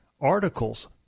articles